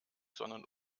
sondern